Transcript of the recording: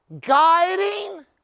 guiding